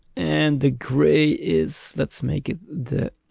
and the gray is that's making the